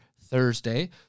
Thursday